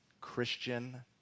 Christian